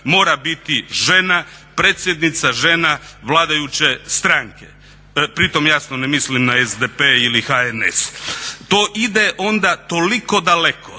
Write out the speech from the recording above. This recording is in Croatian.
mora biti žena, predsjednica žena vladajuće stranke. Pritom jasno ne mislim na SDP ili HNS. To ide onda toliko daleko,